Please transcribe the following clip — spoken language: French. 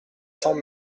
cents